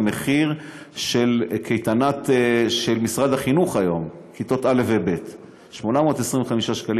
המחיר של קייטנה של משרד החינוך היום לכיתות א' וב'; 825 שקלים